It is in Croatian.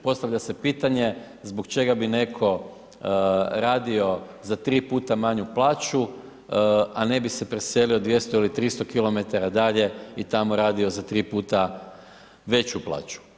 Postavlja se pitanje zbog čega bi netko radio za tri puta manju plaću, a ne bi se preselio 200 ili 300 km dalje i tamo radio za 3 puta veću plaću.